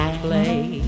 play